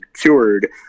cured